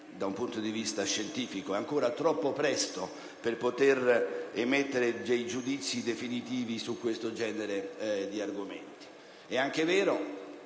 naturali; infatti, è ancora troppo presto per poter emettere giudizi definitivi su questo genere di argomenti. È anche vero